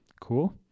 cool